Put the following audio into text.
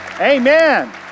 Amen